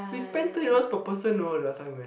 we spent thirty dollars per person know the other time we went